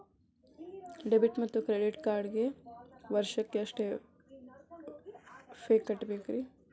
Debit ಮತ್ತು credit ಕಾರ್ಡ್ಗೆ ವರ್ಷಕ್ಕ ಎಷ್ಟ ಫೇ ಕಟ್ಟಬೇಕ್ರಿ?